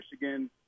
Michigan